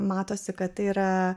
matosi kad yra